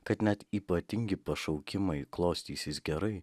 kad net ypatingi pašaukimai klostysis gerai